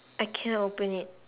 I cannot open it